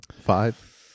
five